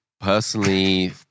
personally